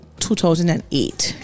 2008